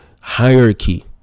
hierarchy